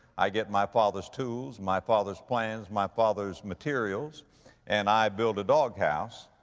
i get my father's tools, my father's plans, my father's materials and i build a dog house.